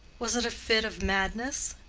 was it a fit of madness?